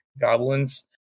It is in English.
goblins